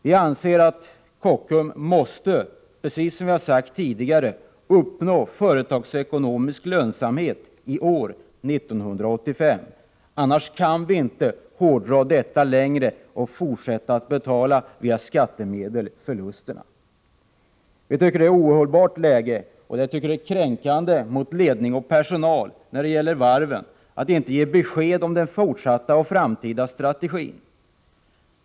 Precis som vi har sagt tidigare anser vi att Kockums varv måste uppnå företagsekonomisk lönsamhet i år, 1985 — annars kan vi inte hårdra detta längre och fortsätta att med skattemedel betala förlusterna. Vi tycker att det är ett ohållbart läge, och jag anser att det är kränkande mot varvens ledning och personal att inte ge besked om den framtida strategin.